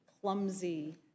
clumsy